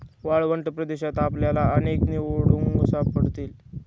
वाळवंटी प्रदेशात आपल्याला अनेक निवडुंग सापडतील